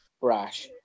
brash